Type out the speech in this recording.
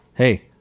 Hey